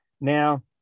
Now